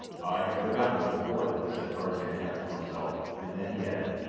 i had forgotten the reward, said tarzan, half to himself, and then he added,